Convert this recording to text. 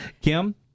Kim